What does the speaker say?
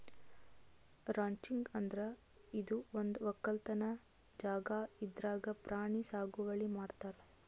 ranching ಅಂದ್ರ ಇದು ಒಂದ್ ವಕ್ಕಲತನ್ ಜಾಗಾ ಇದ್ರಾಗ್ ಪ್ರಾಣಿ ಸಾಗುವಳಿ ಮಾಡ್ತಾರ್